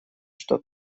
что